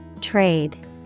Trade